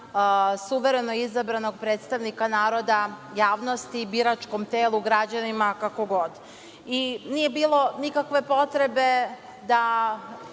suvereno izabranog predstavnika naroda javnosti biračkom telu, građanima, kako god. Nije bilo nikakve potrebe da